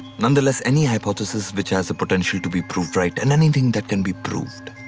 nonetheless, any hypothesis. which has the potential to be proved right. and anything that can be proved.